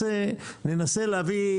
ננסה להביא תוצאות.